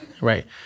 Right